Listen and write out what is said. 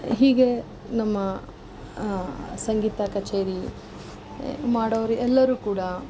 ಹೀಗೆ ನಮ್ಮ ಸಂಗೀತ ಕಚೇರಿ ಮಾಡೋವ್ರು ಎಲ್ಲರು ಕೂಡ